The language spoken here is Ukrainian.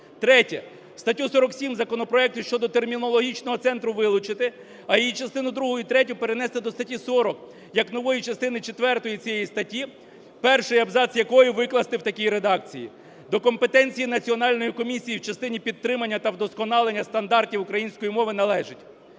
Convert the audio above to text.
Третє. Статтю 47 законопроекту щодо Термінологічного центру вилучити. А її частину другу і третю перенести до статті 40 як нової частини четвертої цієї статті, перший абзац якої викласти в такій редакції: "До компетенції Національної комісії в частині підтримання та вдосконалення стандартів української мови належить…".